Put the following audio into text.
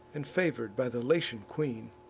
and favor'd by the latian queen